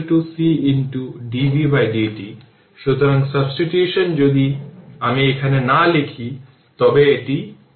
সুতরাং যদি তাই করেন তাহলে 05 পাবেন এটি 05 হেনরি দেওয়া হয়েছে তাই L l 1 dt